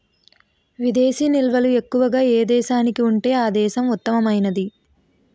విదేశీ నిల్వలు ఎక్కువగా ఏ దేశానికి ఉంటే ఆ దేశం ఉత్తమమైనది